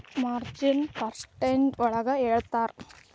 ಮಾರ್ಜಿನ್ನ percentage ಒಳಗ ಹೇಳ್ತರ